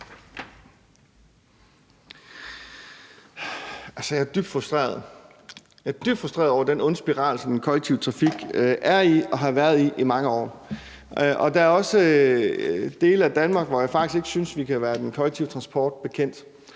Jeg er dybt frustreret over den onde spiral, som den kollektive trafik er i og har været i i mange år, og der er også dele af Danmark, hvor jeg faktisk ikke synes at vi kan være den kollektive transport bekendt.